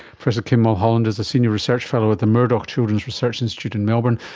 professor kim mulholland is a senior research fellow at the murdoch children's research institute in melbourne,